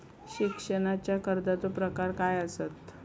शिक्षणाच्या कर्जाचो प्रकार काय आसत?